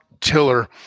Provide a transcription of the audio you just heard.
tiller